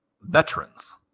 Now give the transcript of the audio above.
veterans